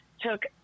took